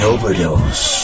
Overdose